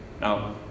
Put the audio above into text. Now